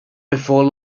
before